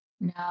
No